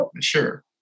sure